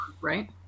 right